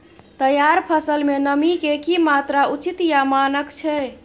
तैयार फसल में नमी के की मात्रा उचित या मानक छै?